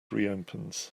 reopens